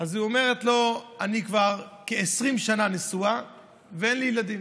היא אומרת לו: אני כבר כ-20 שנה נשואה ואין לי ילדים,